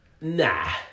Nah